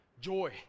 Joy